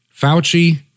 Fauci